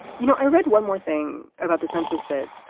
you know, i read one more thing about the census that